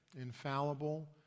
infallible